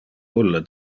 ulle